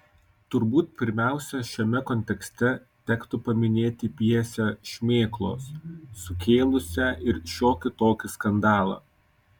turbūt pirmiausia šiame kontekste tektų paminėti pjesę šmėklos sukėlusią ir šiokį tokį skandalą